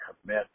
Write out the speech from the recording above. commit